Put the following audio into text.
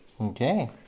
Okay